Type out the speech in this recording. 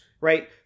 right